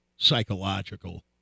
psychological